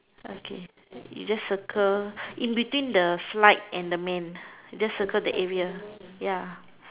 okay you just circle in between the flight and the man just circle the area ya